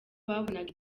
babonaga